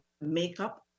makeup